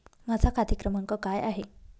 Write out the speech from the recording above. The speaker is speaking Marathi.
माझा खाते क्रमांक काय आहे?